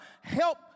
help